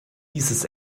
dieses